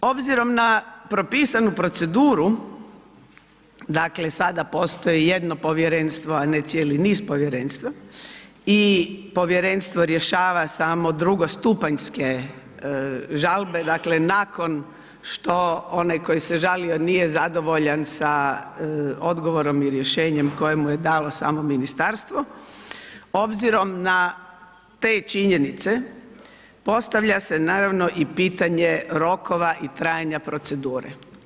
Obzirom na propisanu proceduru, dakle sada postoji jedno povjerenstvo a ne cijeli niz povjerenstva i povjerenstvo rješava samo drugostupanjske žalbe, dakle nakon što onaj koji se žalio nije zadovoljan sa odgovorom i rješenjem koje mu je dalo samo ministarstvo, obzirom na te činjenice postavlja se naravno i pitanje rokova i trajanja procedure.